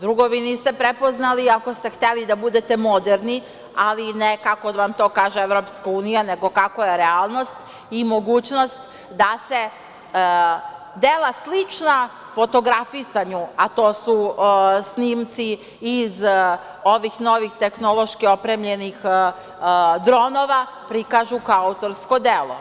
Drugo, vi niste prepoznali ako ste hteli da budete moderni, ali ne kako vam to kaže EU, nego kako je realnost i mogućnost da se dela slična fotografisanju, a to su snimci iz ovih novih tehnološki opremljenih dronova prikažu kao autorsko delo.